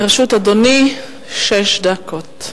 לרשות אדוני שש דקות.